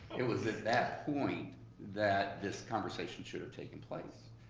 it was at that point that this conversation should have taken place,